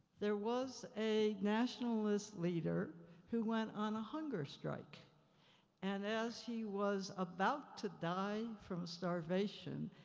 there was a nationalist leader who went on a hunger strike and as he was about to die from starvation,